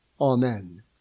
Amen